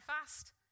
fast